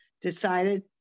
decided